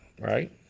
right